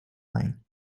line